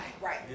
Right